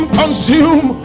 consume